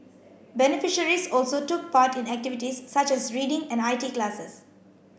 beneficiaries also took part in activities such as reading and I T classes